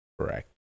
correct